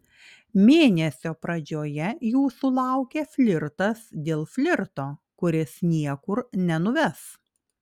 mėnesio pradžioje jūsų laukia flirtas dėl flirto kuris niekur nenuves